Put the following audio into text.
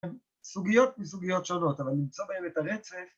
‫הן סוגיות מסוגיות שונות, ‫אבל נמצא בהן את הרצף.